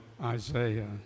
Isaiah